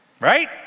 Right